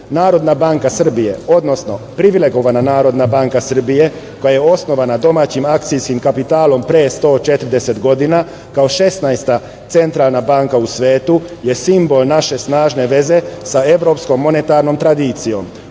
Narodna banka Srbije, odnosno privilegovana NBS, koja je osnovana domaćim akcijskim kapitalom pre 140 godina, kao šesnaesta centralna banka u svetu, je simbol naše snažne veze sa evropskom monetarnom tradicijom. Možemo